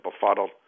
befuddled